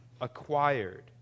acquired